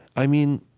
i mean,